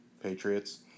Patriots